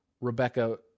Rebecca